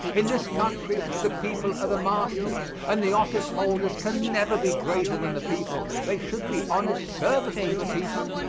in this country the people are the masters, and the office-holders can never be greater than the people they should be honest servants of the people,